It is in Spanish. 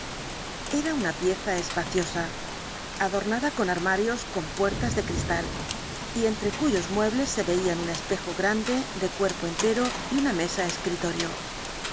era una pieza espaciosa adornada con armarios con puertas de cristal y entre cuyos muebles se veían un espejo grande de cuerpo entero y una mesa escritorio